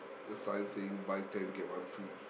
the sign saying buy ten get one free